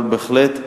אבל, בהחלט,